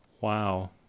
Wow